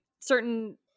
certain